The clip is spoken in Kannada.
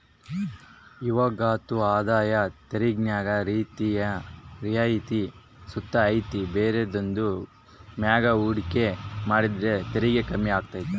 ಇವಾಗಂತೂ ಆದಾಯ ತೆರಿಗ್ಯಾಗ ರಿಯಾಯಿತಿ ಸುತ ಐತೆ ಬೇರೆದುರ್ ಮ್ಯಾಗ ಹೂಡಿಕೆ ಮಾಡಿದ್ರ ತೆರಿಗೆ ಕಮ್ಮಿ ಆಗ್ತತೆ